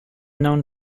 known